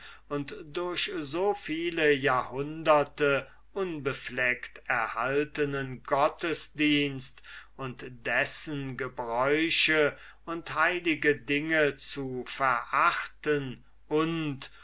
und durch so viele jahrhunderte unbefleckt erhaltenen gottesdienst und dessen gebräuche und heilige dinge zu verachten und